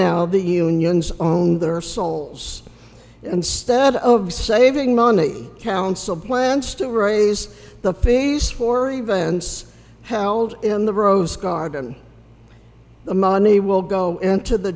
now the unions own their souls instead of saving money council plants to raise the feast for events howled in the rose garden the money will go into the